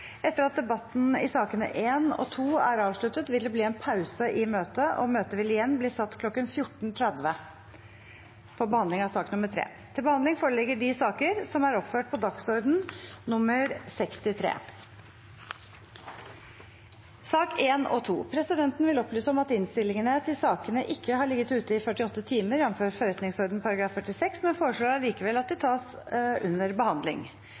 Etter at debatten i sakene nr. 1 og 2 er avsluttet, vil det bli en pause i møtet, og møtet vil igjen bli satt kl. 14.30 for behandling av sak nr. 3. Presidenten vil opplyse om at innstillingene til sakene nr. 1 og 2 ikke har ligget ute i 48 timer, jf. forretningsordenen § 46, men foreslår allikevel at de tas under behandling.